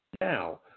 Now